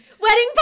wedding